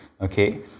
okay